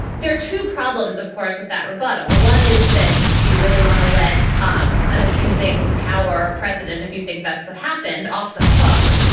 there are two problems, of course, with that rebuttal. one is that do you really want to let um an abusing power president if you think that's what happened off the hook?